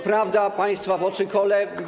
Prawda państwa w oczy kole.